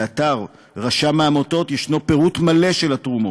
באתר רשם העמותות יש פירוט מלא של התרומות.